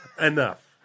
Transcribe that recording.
Enough